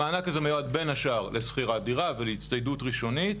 המענק הזה מיועד לשכירת דירה ולהצטיידות ראשונית.